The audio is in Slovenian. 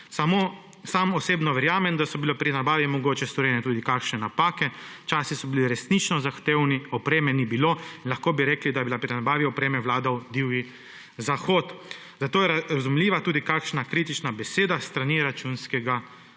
da. Sam osebno verjamem, da so bile pri nabavi mogoče storjene tudi kakšne napake, časi so bili resnično zahtevni, opreme ni bilo in lahko bi rekli, da je pri nabavi opreme vladal Divji zahod. Zato je razumljiva tudi kakšna kritična beseda s strani Računskega